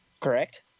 correct